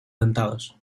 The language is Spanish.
dentados